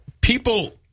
people